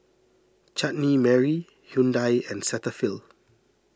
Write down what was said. Chutney Mary Hyundai and Cetaphil